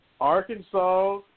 Arkansas